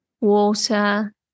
water